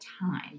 time